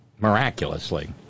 miraculously